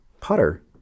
putter